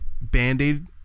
Band-Aid